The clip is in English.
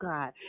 God